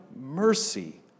mercy